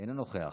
אינו נוכח,